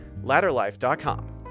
ladderlife.com